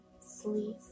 sleep